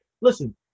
listen